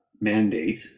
mandate